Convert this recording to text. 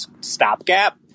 stopgap